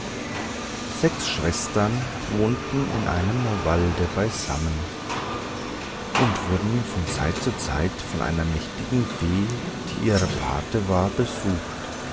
sechs schwestern wohnten in einem walde beisammen und wurden von zeit zu zeit von einer mächtigen fee die ihre pate war besucht